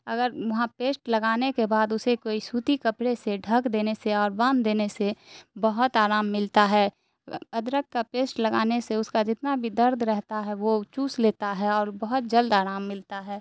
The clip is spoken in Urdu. اگر وہاں پیسٹ لگانے کے بعد اسے کوئی سوتی کپڑے سے ڈھک دینے سے اور باندھ دینے سے بہت آرام ملتا ہے ادرک کا پیسٹ لگانے سے اس کا جتنا بھی درد رہتا ہے وہ چوس لیتا ہے اور بہت جلد آرام ملتا ہے